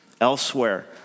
Elsewhere